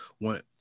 want